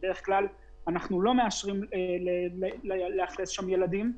שבדרך כלל אנחנו לא מאשרים לאכלס שם ילדים,